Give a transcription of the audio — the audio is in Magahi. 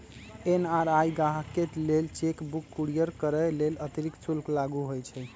एन.आर.आई गाहकके लेल चेक बुक कुरियर करय लेल अतिरिक्त शुल्क लागू होइ छइ